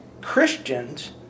Christians